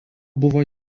buvo